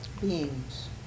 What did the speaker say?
beings